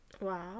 wow